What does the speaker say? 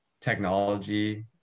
technology